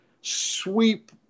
sweep